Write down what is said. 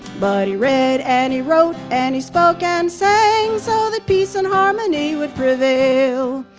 but he read and he wrote and he spoke and sang, so that peace and harmony would prevail.